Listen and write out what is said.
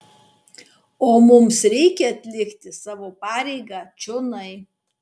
o mums reikia atlikti savo pareigą čionai